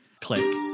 Click